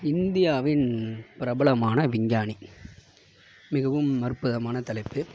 இந்தியாவின் பிரபலமான விஞ்ஞானி மிகவும் அற்புதமான தலைப்பு